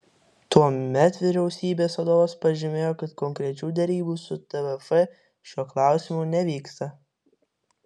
tuomet vyriausybės vadovas pažymėjo kad konkrečių derybų su tvf šiuo klausimu nevyksta